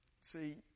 see